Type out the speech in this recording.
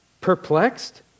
Perplexed